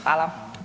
Hvala.